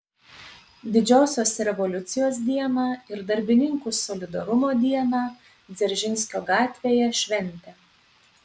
didžiosios revoliucijos dieną ir darbininkų solidarumo dieną dzeržinskio gatvėje šventė